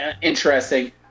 interesting